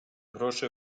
грошей